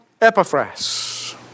Epaphras